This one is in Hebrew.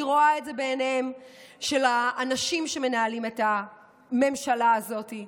אני רואה את זה בעיניהם של האנשים שמנהלים את הממשלה הזאת,